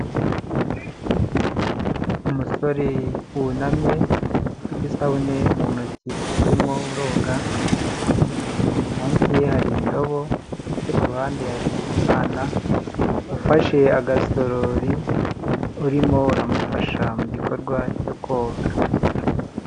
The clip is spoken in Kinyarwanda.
Umusore wunamye ufite isabune mu ntoki urimo uroga, munsi ye hari indobo ndetse ku ruhande ye hari umwana ufashe agasorori, urimo aramufasha mu gikorwa cyo koga.